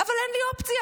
אבל אין לי אופציה.